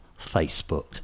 Facebook